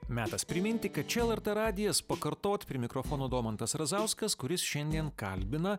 metas priminti kad čia lrt radijas pakartot prie mikrofono domantas razauskas kuris šiandien kalbina